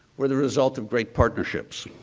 were the result of great partnerships.